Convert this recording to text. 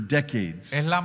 decades